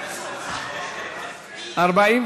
לוועדת הכספים נתקבלה.